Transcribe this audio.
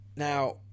Now